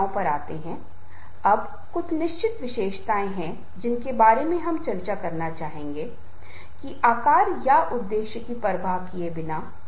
तो जिस व्यक्ति को लगता है कि वह प्रेरित होना चाहता है उसे कुछ इच्छाएं कुछ लालसाएं कुछ हासिल करने की इच्छा होनी चाहिए अन्यथा उसे प्रेरित करना बहुत मुश्किल होगा